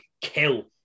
kill